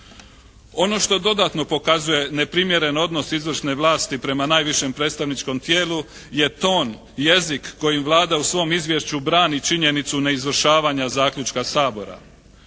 Ono što dodatno pokazuje neprimjeren odnos izvršne vlasti prema najvišem predstavničkom tijelu je ton, jezik kojim Vlada u svom izvješću brani činjenicu neizvršavanja zaključka Sabora.